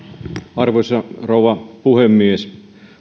arvoisa rouva puhemies